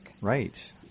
Right